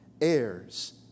heirs